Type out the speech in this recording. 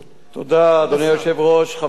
1 3. אדוני היושב-ראש, חברי חברי הכנסת,